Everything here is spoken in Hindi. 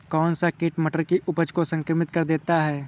कौन सा कीट मटर की उपज को संक्रमित कर देता है?